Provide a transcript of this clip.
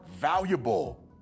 valuable